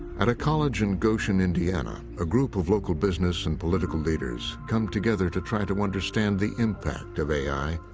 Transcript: at a college in goshen, indiana, a group of local business and political leaders come together to try to understand the impact of a i.